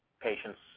patients